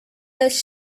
does